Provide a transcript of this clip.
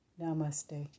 Namaste